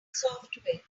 software